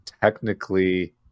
technically